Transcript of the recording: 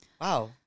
Wow